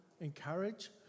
encourage